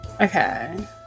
Okay